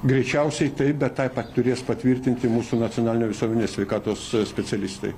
greičiausiai taip bet taip pat turės patvirtinti mūsų nacionalinio visuomenės sveikatos specialistai